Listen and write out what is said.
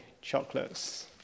chocolates